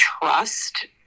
trust